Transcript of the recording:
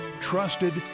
Trusted